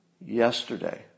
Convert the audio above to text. Yesterday